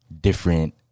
different